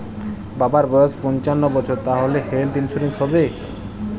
বাবার বয়স পঞ্চান্ন বছর তাহলে হেল্থ ইন্সুরেন্স হবে?